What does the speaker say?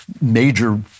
major